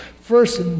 First